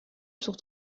sur